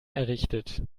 errichtet